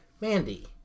Mandy